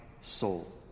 soul